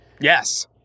yes